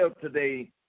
today